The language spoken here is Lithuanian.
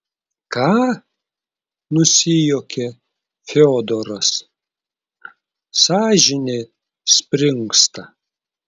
ką nusijuokė fiodoras sąžinė springsta